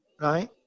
Right